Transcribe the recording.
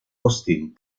austin